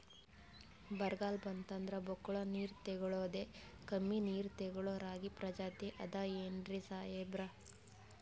ಬರ್ಗಾಲ್ ಬಂತಂದ್ರ ಬಕ್ಕುಳ ನೀರ್ ತೆಗಳೋದೆ, ಕಮ್ಮಿ ನೀರ್ ತೆಗಳೋ ರಾಗಿ ಪ್ರಜಾತಿ ಆದ್ ಏನ್ರಿ ಸಾಹೇಬ್ರ?